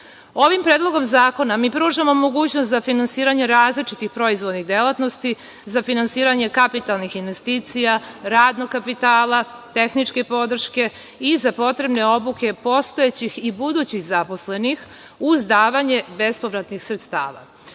9,5%.Ovim Predlogom zakona mi pružamo mogućnost za finansiranje različitih proizvodnih delatnosti za finansiranje kapitalnih investicija, radnog kapitala, tehničke podrške i za potrebne obuke postojećih i budućih zaposlenih uz davanje bespovratnih sredstava. Podsetiću